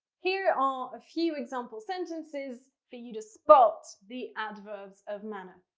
here are a few example sentences for you to spot the adverbs of manner.